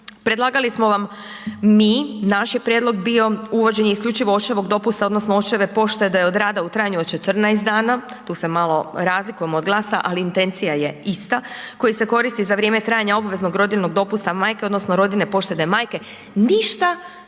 predlagali smo vam mi, naš je prijedlog bio, uvođenje isključivo očevog dopusta odnosno očeve .../Govornik se ne razumije./... da je od rada u trajanju od 14 dana, tu se malo razlikujemo od GLAS-a, ali intencija je ista, koji se koristi za vrijeme trajanja obveznog rodiljnog dopusta majke odnosno rodiljne poštede majke, ništa, ništa,